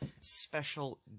special